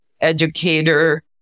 educator